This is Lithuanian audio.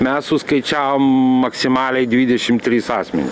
mes suskaičiavom maksimaliai dvidešim trys asmenys